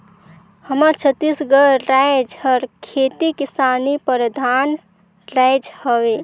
हमर छत्तीसगढ़ राएज हर खेती किसानी परधान राएज हवे